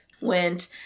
went